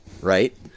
right